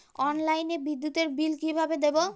অনলাইনে বিদ্যুতের বিল কিভাবে দেব?